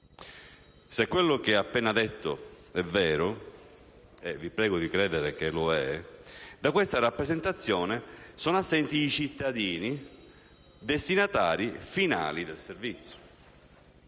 Se quello che ho appena detto è vero (e, vi prego di credere, che lo è) da questa rappresentazione sono assenti i cittadini, destinatari finali del servizio.